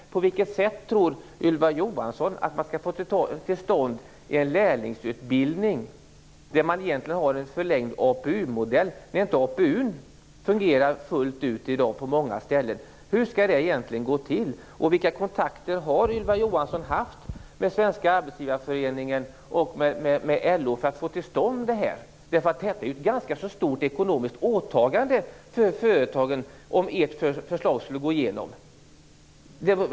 På vilket sätt tror Ylva Johansson att man skall få till stånd en lärlingsutbildning, med egentligen en förlängd APU modell, när inte APU fungerar fullt ut i dag på många ställen? Hur skall det egentligen gå till, och vilka kontakter har Ylva Johansson haft med Svenska arbetsgivarföreningen och LO för att få till stånd det? Det är ett ganska så stort ekonomiskt åtagande för företagen om ert förslag skulle gå igenom.